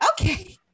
okay